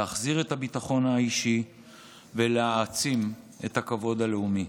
להחזיר את הביטחון האישי ולהעצים את הכבוד הלאומי.